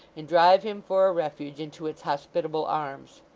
and drive him for a refuge into its hospitable arms.